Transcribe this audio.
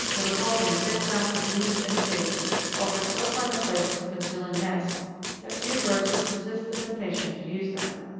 the resulting thick mass of leaves and twigs offered so fine a place for concealing nests that few birds could resist the temptation to use them.